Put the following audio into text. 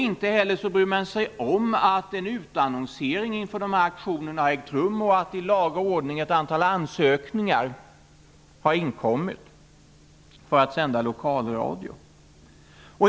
Inte heller bryr man sig om att en utannonsering inför auktionerna har ägt rum och att i laga ordning ett antal ansökningar har inkommit för att sända lokalradio.